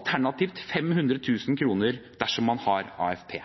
Alternativt 500 000 kr, dersom man har AFP.